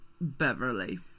Beverly